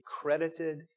credited